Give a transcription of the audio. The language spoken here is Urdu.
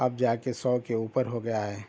اب جا کے سو کے اوپر ہو گیا ہے